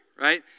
right